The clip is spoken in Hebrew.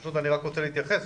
פשוט אני רוצה להתייחס.